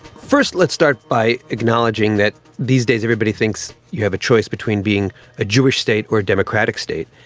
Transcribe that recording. first, let's start by acknowledging that these days everybody thinks you have a choice between being a jewish state or a democratic state.